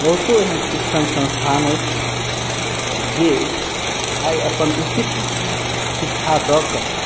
बहुतो एहन शिक्षण संस्थान अछि जे आइ अपन उचित शिक्षा दऽ कऽ